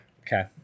Okay